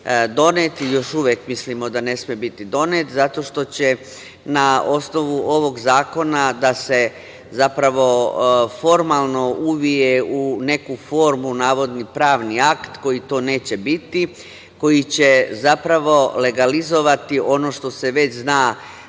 donet i još uvek mislimo da ne sme biti donet, zato što će na osnovu ovog zakona da se zapravo formalno uvije u neku formu navodni pravni akt koji to neće biti, koji će zapravo legalizovati ono što se već zna